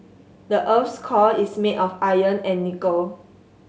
the earth's core is made of iron and nickel